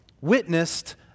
witnessed